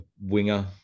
winger